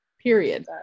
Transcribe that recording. Period